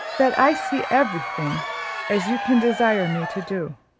that i see every thing as you can desire me to do.